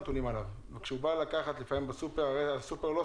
אבל יש קושי מסוים בכך שבסופו של יום,